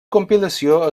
compilació